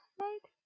right